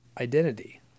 identity